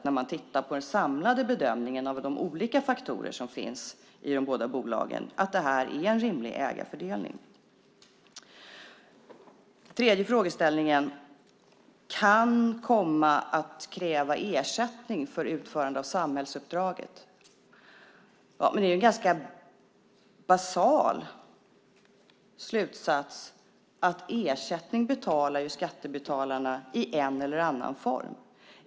När man tittar på den samlade bedömningen av de olika faktorer som finns i de båda bolagen tycker jag att detta är en rimlig ägarfördelning. Den tredje frågeställningen handlade om att det kan komma att krävas ersättning för utförande av samhällsuppdraget. Det är en ganska basal slutsats att skattebetalarna betalar ersättning i en eller annan form.